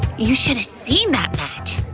you shoulda seen that match!